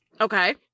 Okay